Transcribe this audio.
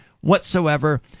whatsoever